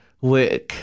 Work